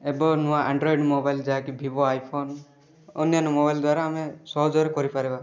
ଏବେ ନୂଆ android mobile ଯାହାକି ଭିବୋ ଆଇଫୋନ୍ ଅନ୍ୟାନ୍ୟ ମୋବାଇଲ୍ ଦ୍ୱାରା ଆମେ ସହଜରେ କରିପାରିବା